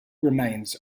remains